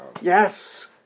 Yes